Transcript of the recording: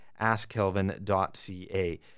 askkelvin.ca